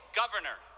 governor